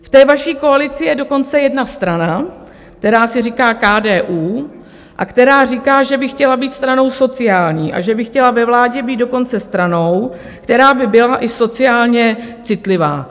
V té vaší koalici je dokonce jedna strana, která si říká KDU a která říká, že by chtěla být stranou sociální a že by chtěla ve vládě být dokonce stranou, která by byla i sociálně citlivá.